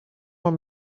molt